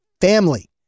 family